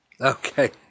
okay